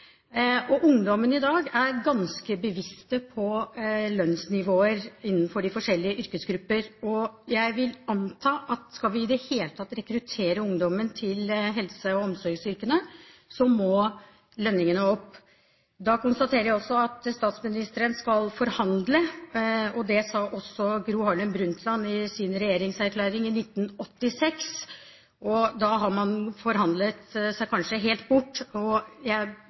og jeg vil anta at skal vi i det hele tatt rekruttere ungdom til helse- og omsorgsyrkene, må lønningene opp. Jeg konstaterer at statsministeren skal forhandle. Det sa også Gro Harlem Brundtland i sin regjeringserklæring i 1986. Og da har man kanskje forhandlet seg helt bort. Jeg